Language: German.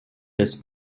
des